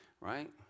right